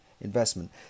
investment